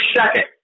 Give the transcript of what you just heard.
second